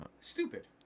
Stupid